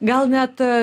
gal net